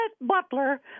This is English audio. Butler